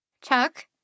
Chuck